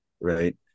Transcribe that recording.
right